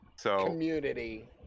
community